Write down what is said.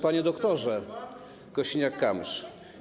Panie Doktorze Kosiniak-Kamysz!